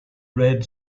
read